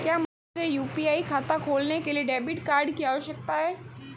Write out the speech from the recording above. क्या मुझे यू.पी.आई खाता खोलने के लिए डेबिट कार्ड की आवश्यकता है?